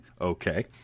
Okay